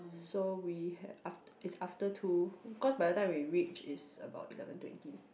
so we had af~ it's after two cause by the time we reached is about eleven twenty